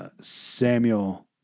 Samuel